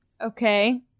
okay